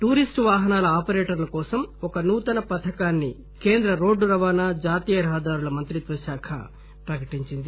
tourist వాహనాల ఆపరేటర్ల కోసం ఒక నూతన పథకాన్ని కేంద్ర రోడ్లు రవాణా జాతీయ రహదారుల మంత్రిత్వశాఖ ప్రకటించింది